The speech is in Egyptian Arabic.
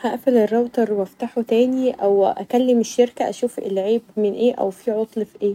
هقفل الراوتر و افتحه تاني او اكلم الشركه اشوف العيب من ايه او فيه عطل في ايه.